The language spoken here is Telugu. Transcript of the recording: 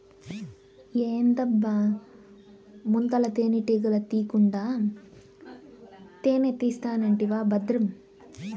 ఏందబ్బా ముందల తేనెటీగల తీకుండా తేనే తీస్తానంటివా బద్రం